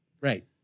Right